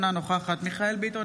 אינו נוכח ישראל אייכלר,